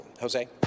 jose